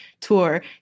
tour